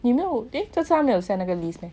你没有 eh 但是他没有 send 那个 Zoom ah